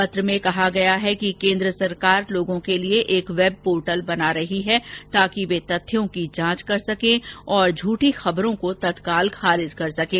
पत्र में कहा गया है कि केन्द्र सरकार लोगों के लिए एक वेंबपोर्टल बना रही है ताकि वे तथ्यों की जांच कर सके और झूठी खबरों को तत्काल खारिज कर सकें